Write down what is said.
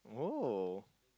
oh